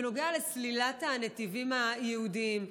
בנוגע לסלילת הנתיבים הייעודיים,